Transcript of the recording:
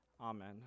amen